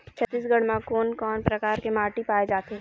छत्तीसगढ़ म कोन कौन प्रकार के माटी पाए जाथे?